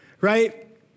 right